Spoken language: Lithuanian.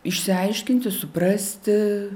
išsiaiškinti suprasti